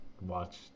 watch